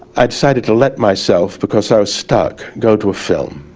i decided to let myself, because i was stuck, go to a film.